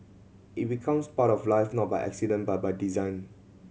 it becomes part of life not by accident but by design